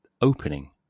opening